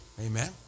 amen